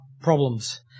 problems